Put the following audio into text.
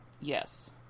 yes